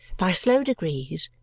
by slow degrees,